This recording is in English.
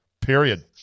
period